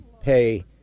pay